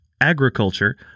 agriculture